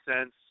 cents